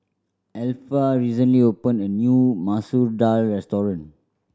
Alpha recently opened a new Masoor Dal restaurant